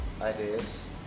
ideas